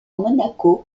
monaco